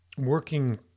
Working